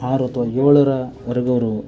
ಆರು ಅಥ್ವಾ ಏಳರ ವರೆಗೂ ಅವರು